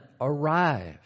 arrive